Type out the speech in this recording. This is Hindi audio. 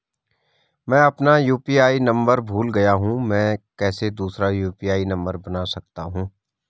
मैं अपना यु.पी.आई नम्बर भूल गया हूँ मैं कैसे दूसरा यु.पी.आई नम्बर बना सकता हूँ?